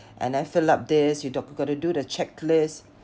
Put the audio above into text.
and then fill up this you got to do the checklist